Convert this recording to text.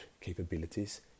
capabilities